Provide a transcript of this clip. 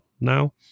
now